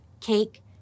cake